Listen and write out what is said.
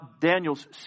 Daniel's